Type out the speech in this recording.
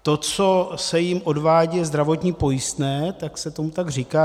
To, co se jim odvádí, je zdravotní pojistné, tak se tomu říká.